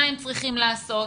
מה הם צריכים לעשות,